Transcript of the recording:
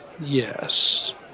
yes